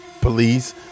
police